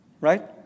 Right